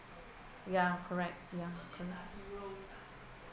ya correct ya correct